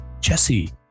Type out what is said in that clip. Jesse